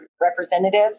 representative